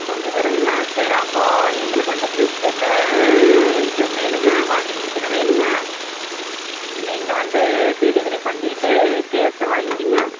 amount வருங்களா சரி அப்போ எங்களுக்கு வந்து பிரிட்ஜ் ஒன்று இதுவும் வேணுங்க வாஷிங் மெஷின் வேணுங்க நீங்கள் வந்து டெலிவரி பண்ணிவிட்டு கேஷ் வாங்கிக்கோங்க